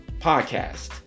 podcast